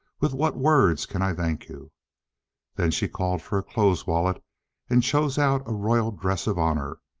with what words can i thank you then she called for a clothes-wallet and chose out a royal dress of honour.